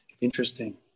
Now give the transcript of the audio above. Interesting